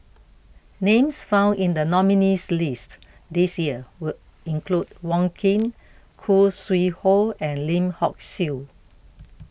names found in the nominees' list this year were include Wong Keen Khoo Sui Hoe and Lim Hock Siew